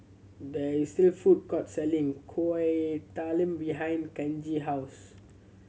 there is a food court selling Kuih Talam behind Kenji house